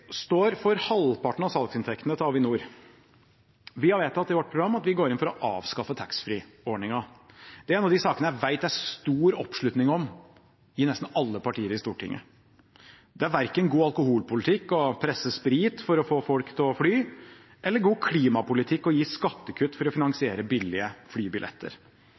står for halvparten av salgsinntektene til Avinor. Vi har vedtatt i vårt program at vi går inn for å avskaffe taxfree-ordningen. Det er en av de sakene jeg vet det er stor oppslutning om i nesten alle partier i Stortinget. Det er verken god alkoholpolitikk å presse sprit for å få folk til å fly eller god klimapolitikk å gi skattekutt for å finansiere billige flybilletter.